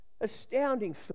Astounding